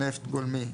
נפט גולמי,